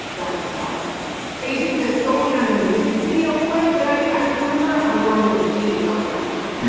that's tough basing this solely on the music video play that i remember. i'm going with d. uptown girl